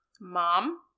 Mom